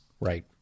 Right